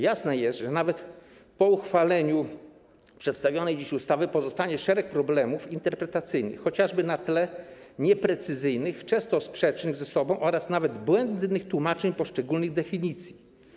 Jasne jest, że nawet po uchwaleniu przedstawionej dziś ustawy pozostanie szereg problemów interpretacyjnych, chociażby na tle nieprecyzyjnych, często sprzecznych ze sobą oraz nawet błędnych tłumaczeń poszczególnych definicji.